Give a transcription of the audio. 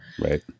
Right